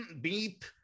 beep